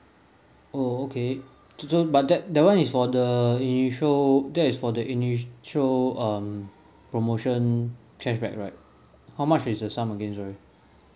oh okay so so but that that one is for the initial there is for the initial um promotion cashback right how much is the sum again sorry